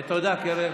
תודה, קרן.